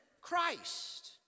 Christ